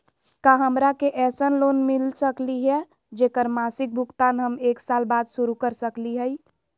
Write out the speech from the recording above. का हमरा के ऐसन लोन मिलता सकली है, जेकर मासिक भुगतान हम एक साल बाद शुरू कर सकली हई?